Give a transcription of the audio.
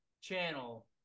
channel